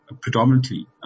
predominantly